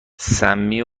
سمی